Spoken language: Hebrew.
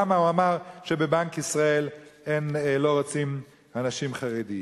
למה הוא אמר שבבנק ישראל לא רוצים אנשים חרדים.